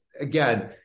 again